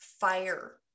fire